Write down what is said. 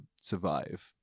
survive